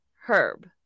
Herb